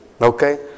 okay